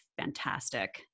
fantastic